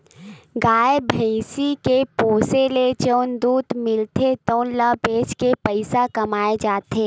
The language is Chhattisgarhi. गाय, भइसी के पोसे ले जउन दूद मिलथे तउन ल बेच के पइसा कमाए जाथे